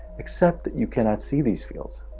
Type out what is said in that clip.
except that you cannot see these fields.